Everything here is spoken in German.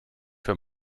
für